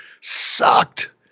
sucked